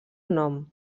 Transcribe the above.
nom